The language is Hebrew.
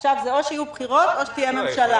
עכשיו זה או שיהיו בחירות או שתהיה ממשלה.